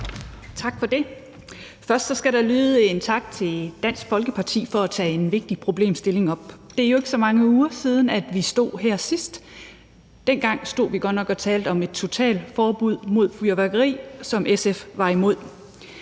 Tak for det. Først skal der lyde en tak til Dansk Folkeparti for at tage en vigtig problemstilling op. Det er jo ikke så mange uger siden, at vi stod her sidst. Dengang stod vi godt nok og talte om et totalforbud mod fyrværkeri, som SF var imod.